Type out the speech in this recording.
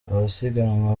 abasiganwa